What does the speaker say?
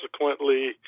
subsequently